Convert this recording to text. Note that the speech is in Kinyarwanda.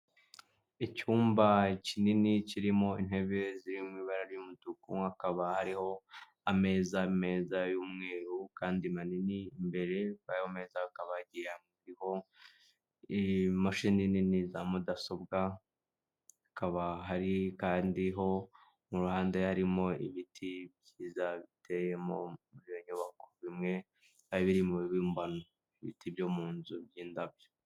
Icyumba kinini kirimo intebe ziri mu ibara ry'umutuku, hakaba hariho ameza meza y'umweru kandi manini, imbere yayo meza hakaba hagiye hariho imashini nini za mudasobwa, hakaba hari kandi ho mu ruhande harimo ibiti byiza biteyemo muri iyo nyubako imwe, bimwe biba biri mubi mbona. Ibiti byo mu nzu by'indabyo.